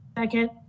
Second